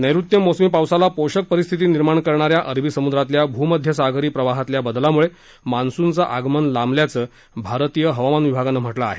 नैऋत्य मोसमी पावसाला पोषक परिस्थिती निर्माण करणाऱ्या अरबी सम्द्रातल्या भूमध्यसागरी प्रवाहातल्या बदलामुळे मान्सूनचं आगमन लांबल्याचं भारतीय हवामान विभागानं म्हटलं आहे